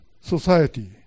society